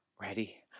Ready